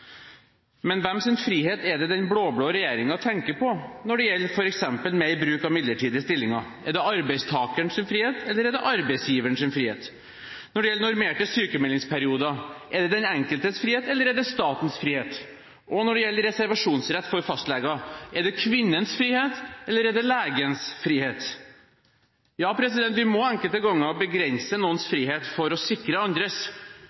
Men hvem sin frihet er det den blå-blå regjeringen tenker på når det gjelder f.eks. mer bruk av midlertidige stillinger? Er det arbeidstakerens frihet, eller er det arbeidsgiverens frihet? Når det gjelder normerte sykmeldingsperioder, er det den enkeltes frihet, eller er det statens frihet? Når det gjelder reservasjonsrett for fastleger, er det kvinnens frihet, eller er det legens frihet? Ja, vi må enkelte ganger begrense noens frihet for å sikre andres.